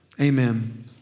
Amen